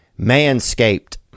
Manscaped